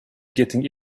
getting